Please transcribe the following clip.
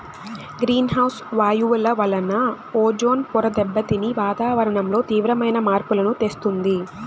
green house వాయువుల వలన ozone పొర దెబ్బతిని వాతావరణంలో తీవ్రమైన మార్పులను తెస్తుంది